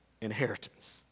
inheritance